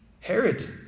Herod